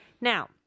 Now